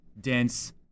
dense